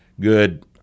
good